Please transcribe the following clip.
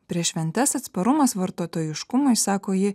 prieš šventes atsparumas vartotojiškumui sako ji